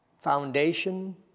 foundation